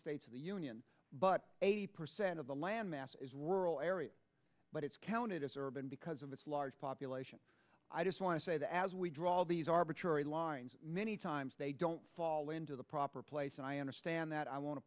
states of the union but eighty percent of the land mass is rural area but it's counted as urban because of its large population i just want to say that as we draw all these arbitrary lines many times they don't fall into the proper place and i understand that i want to